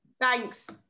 Thanks